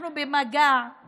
אנחנו במגעים